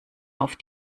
auf